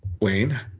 Wayne